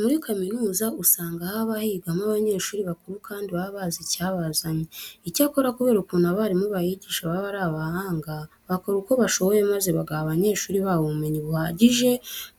Muri kaminuza usanga haba higamo abanyeshuri bakuru kandi baba bazi icyabazanye. Icyakora kubera ukuntu abarimu bahigisha baba ari abahanga, bakora uko bashoboye maze bagaha abanyeshuri babo ubumenyi buhagije